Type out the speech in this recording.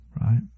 right